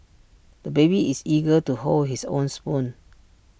the baby is eager to hold his own spoon